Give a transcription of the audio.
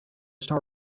star